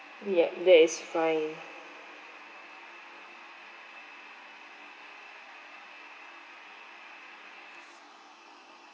yeah that is fine